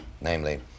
Namely